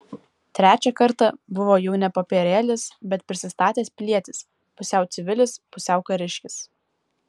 trečią kartą buvo jau ne popierėlis bet prisistatęs pilietis pusiau civilis pusiau kariškis